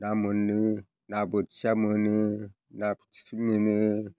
ना मोनो ना बोथिया मोनो ना फिथिख्रि मोनो